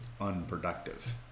unproductive